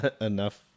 enough